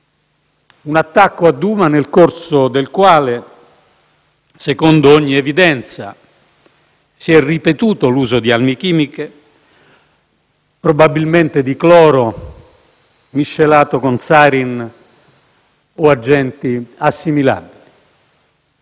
all'attacco a Douma nel corso del quale, secondo ogni evidenza, si è ripetuto l'uso di armi chimiche, probabilmente di cloro miscelato con sarin o agenti assimilabili.